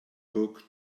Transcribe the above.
book